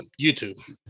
YouTube